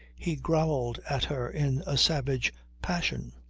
he growled at her in a savage passion.